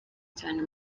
cyane